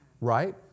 right